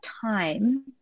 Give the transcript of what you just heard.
time